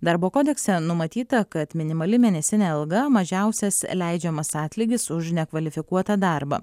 darbo kodekse numatyta kad minimali mėnesinė alga mažiausias leidžiamas atlygis už nekvalifikuotą darbą